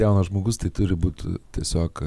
jaunas žmogus tai turi būt tiesiog